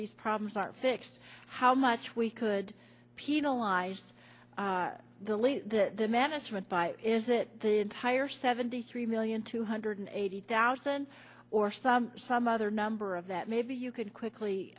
these problems are fixed how much we could penalized the leave the management by is it the entire seventy three million two hundred eighty thousand or so some other number of that maybe you could